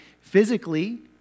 physically